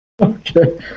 Okay